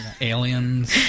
Aliens